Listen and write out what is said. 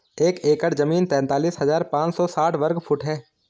एक एकड़ जमीन तैंतालीस हजार पांच सौ साठ वर्ग फुट है